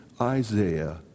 Isaiah